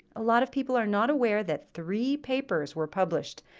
a lot of people are not aware that three papers were published,